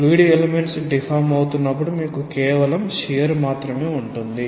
fluid elements deform అవుతున్నపుడు మీకు కేవలం షియర్ మాత్రమే ఉంటుంది